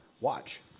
Watch